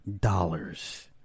dollars